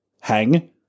hang